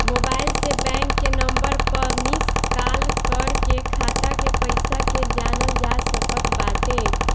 mobile से bank के number पअ मिस काल कर के खाता के पईसा के जानल जा सकत बाटे